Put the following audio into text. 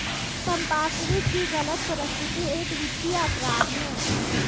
संपार्श्विक की गलत प्रस्तुति एक वित्तीय अपराध है